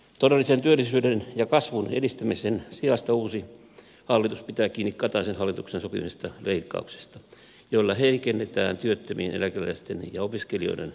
todellisen työllisyyden ja kasvun edistämisen sijasta uusi hallitus pitää kiinni kataisen hallituksen sopimista leikkauksista joilla heikennetään työttömien eläkeläisten ja opiskelijoiden perusturvaa